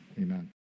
amen